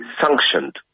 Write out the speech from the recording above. sanctioned